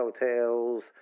hotels